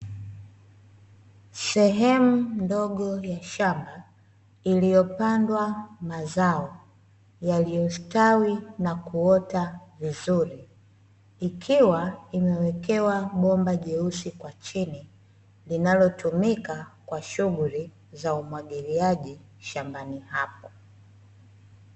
Sehemu ndogo ya shamba iliyopandwa mazao yaliyostawi na kuota vizuri, ikiwa imewekewa bomba jeusi kwa chini linalotumika kwa shughuli za umwagiliaji shambani hapo.